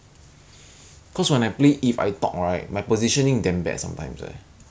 sup~ ya support the first one mainly normally like post game is support do the most